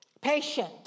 Patient